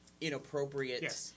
inappropriate